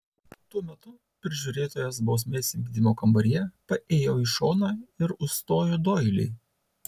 tuo metu prižiūrėtojas bausmės vykdymo kambaryje paėjo į šoną ir užstojo doilį